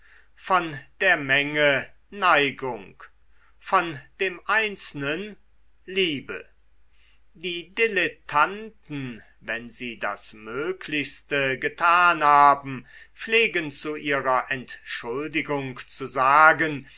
von der menge neigung von dem einzelnen liebe die dilettanten wenn sie das möglichste getan haben pflegen zu ihrer entschuldigung zu sagen